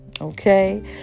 Okay